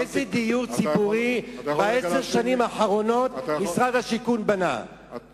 איזה דיור ציבורי משרד השיכון בנה בעשר השנים האחרונות?